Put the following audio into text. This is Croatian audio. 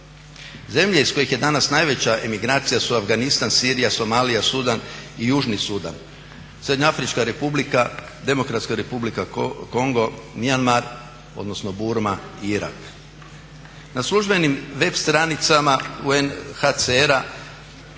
Zemlje iz kojih je danas najveća emigracija su Afganistan, Sirija, Somalija, Sudan i Južni Sudan, Srednjoafrička republika, Demokratska republika Kongo, Myanmar, odnosno Burma i Irak. Na službenim web stranicama UNHCR-a